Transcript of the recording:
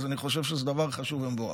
אני חושב שזה דבר חשוב ומבורך.